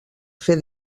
fer